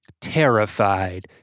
terrified